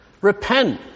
Repent